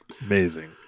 Amazing